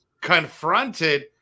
confronted